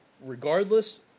regardless